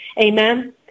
Amen